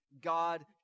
God